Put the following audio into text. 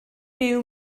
byw